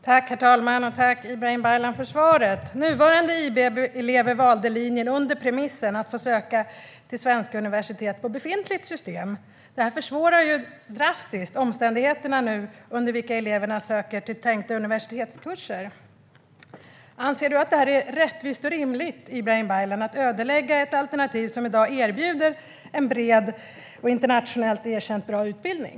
Herr talman! Tack, Ibrahim Baylan, för svaret! Nuvarande IB-elever valde linjen under premissen att få söka till svenska universitet på befintligt system. Förslaget försvårar drastiskt omständigheterna under vilka eleverna söker till tänkta universitetskurser. Anser Ibrahim Baylan att det är rättvist och rimligt att ödelägga ett alternativ som i dag erbjuder en bred och internationellt erkänt bra utbildning?